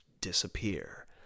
disappear